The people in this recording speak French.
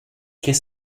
qu’est